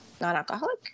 non-alcoholic